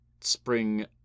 spring